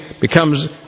becomes